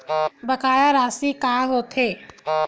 बकाया राशि का होथे?